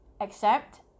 Accept